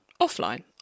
offline